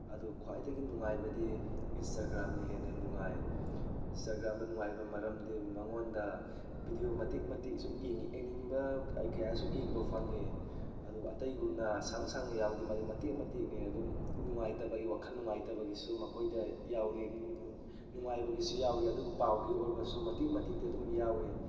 ꯑꯗꯨ ꯈ꯭ꯋꯥꯏꯗꯒꯤ ꯅꯨꯡꯉꯥꯏꯕꯗꯤ ꯏꯟꯇꯒ꯭ꯔꯥꯝꯅ ꯍꯦꯟꯅ ꯅꯨꯡꯉꯥꯏ ꯏꯟꯇꯒ꯭ꯔꯥꯝꯅ ꯅꯨꯡꯉꯥꯏꯔꯤꯕ ꯃꯔꯝꯗꯤ ꯃꯉꯣꯟꯗ ꯕꯤꯗꯤꯑꯣ ꯃꯇꯦꯛ ꯃꯇꯦꯛ ꯁꯨꯝ ꯌꯦꯡꯉꯤ ꯌꯦꯡꯅꯤꯡꯕ ꯀꯌꯥꯁꯨ ꯌꯦꯡꯕ ꯐꯪꯉꯦ ꯑꯗꯨ ꯑꯇꯩꯒꯨꯝꯅ ꯁꯥꯡ ꯁꯥꯡ ꯌꯥꯎꯗꯦ ꯃꯥꯗꯤ ꯃꯇꯦꯛ ꯃꯇꯦꯛꯅꯦ ꯑꯗꯨꯝ ꯅꯨꯡꯉꯥꯏꯇꯕꯒꯤ ꯋꯥꯈꯟ ꯅꯨꯡꯉꯥꯏꯇꯕꯒꯤꯁꯨ ꯃꯈꯣꯏꯗ ꯌꯥꯎꯔꯤ ꯅꯨꯡꯉꯥꯏꯕꯒꯤꯁꯨ ꯌꯥꯎꯔꯤ ꯑꯗꯨꯒ ꯄꯥꯎꯒꯤ ꯑꯣꯏꯔꯁꯨ ꯃꯇꯦꯛ ꯃꯇꯦꯛꯇꯤ ꯑꯗꯨꯝ ꯌꯥꯎꯋꯤ